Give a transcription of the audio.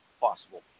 possible